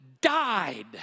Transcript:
died